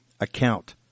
account